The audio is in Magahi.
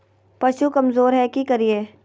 पशु कमज़ोर है कि करिये?